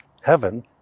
Heaven